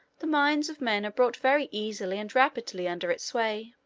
the minds of men are brought very easily and rapidly under its sway.